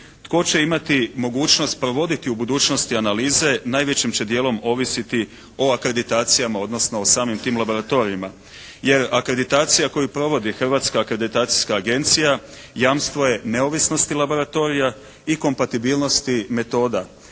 Tko će imati mogućnost provoditi u budućnosti analize najvećim će dijelom ovisiti o akreditacijama, odnosno o samim tim laboratorijima. Jer akreditacija koju provodi Hrvatska akreditacijska agencija jamstvo je neovisnosti laboratorija i kompatibilnosti metoda,